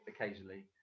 occasionally